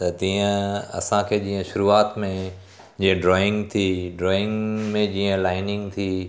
त तीअं असांखे जीअं शुरुआत में जीअं ड्राइंग थी ड्राइंग में जीअं लाइनिंग थी